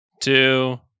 two